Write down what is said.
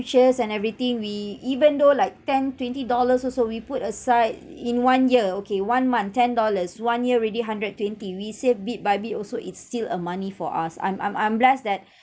futures and everything we even though like ten twenty dollars also we put aside in one year okay one month ten dollars one year already hundred twenty we save bit by bit also it's still a money for us I'm I'm I'm blessed that